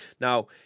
Now